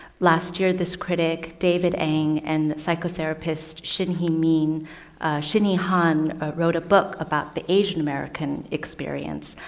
last year, this critic david eng and psychotherapist shinhee i mean shinhee han wrote a book about the asian american experience,